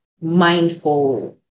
mindful